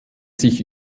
sich